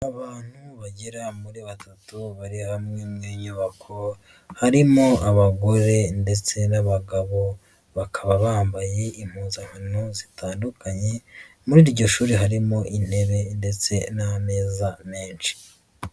Abantu bagera muri batatu bari hamwe n'inyubako harimo abagore ndetse n'abagabo, bakaba bambaye impuzankano zitandukanye muri iryo shuri harimo intebe ndetse n'ameza menshi.